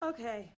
Okay